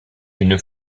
une